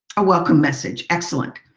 a welcome message. excellent.